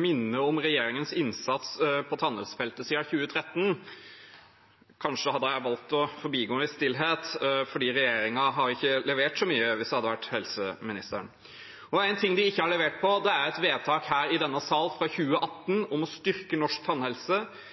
minne om regjeringens innsats på tannhelsefeltet siden 2013. Kanskje hadde jeg valgt å forbigå det i stillhet hvis jeg hadde vært helseministeren, for regjeringen har ikke levert så mye. En ting de ikke har levert på, er et vedtak her i denne sal fra 2018 om å styrke norsk tannhelse,